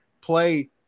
play